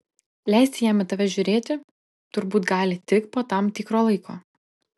leisti jam į tave žiūrėti turbūt gali tik po tam tikro laiko